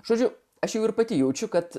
žodžiu aš jau ir pati jaučiu kad